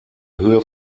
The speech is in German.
höhe